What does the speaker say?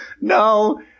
No